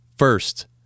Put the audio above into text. First